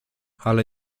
ale